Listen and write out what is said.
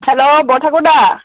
hello Borthakur দা